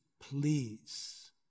Please